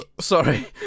Sorry